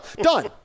Done